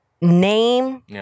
Name